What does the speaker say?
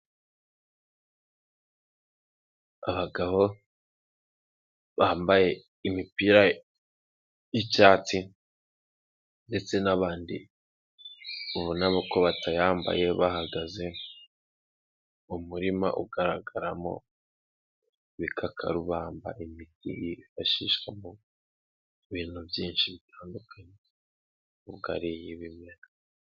Abagabo bambaye imipira y'icyatsi ndetse n'abandi ubonamo ko batayambaye bahagaze mu murima ugaragaramo Ibikakarubamba imiti yifashishwamo ibintu byinshi bitandukanye ugariye Ibimera.